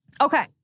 Okay